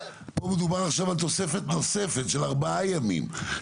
פה מדובר עכשיו על תוספת נוספת של ארבעה ימים,